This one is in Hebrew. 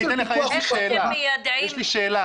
יש לי שאלה,